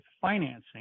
financing